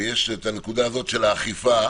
ויש הנקודה של האכיפה